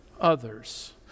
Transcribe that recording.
others